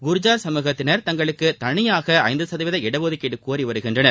குர்ஜார் சமூகத்தினர் தங்களுக்கு தனியாக ஐந்து சதவீத இடஒதுக்கீடு கோரி வருகின்றனர்